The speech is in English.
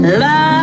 Love